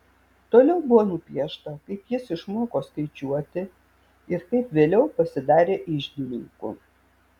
toliau buvo nupiešta kaip jis išmoko skaičiuoti ir kaip vėliau pasidarė iždininku